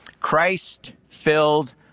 Christ-filled